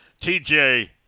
TJ